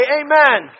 amen